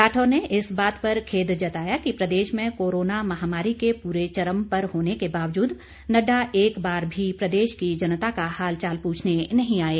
राठौर ने इस बात पर खेद जताया कि प्रदेश में कोरोना महामारी के पूरे चरम पर होने के बावजूद नड्डा एक बार भी प्रदेश की जनता का हालचाल पूछने नही आये